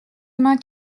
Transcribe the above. main